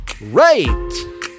right